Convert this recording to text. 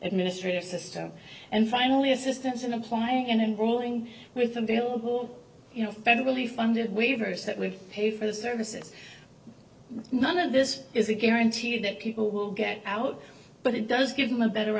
administrative system and finally assistance in applying in and rolling with available you know beverly funded waivers that we pay for the services none of this is a guaranteed that people will get out but it does give them a better